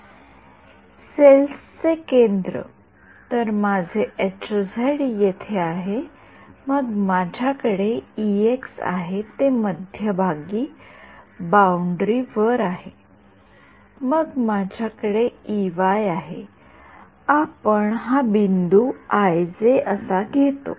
cells चे केंद्र तर माझे येथे आहे मग माझ्याकडे आहे येथे मध्यभागी बाउंडरीवर आहे मग माझ्याकडे आहे आपण हा बिंदू आय जे असा घेतो